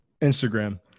Instagram